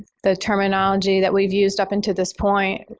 the terminology that we've used up into this point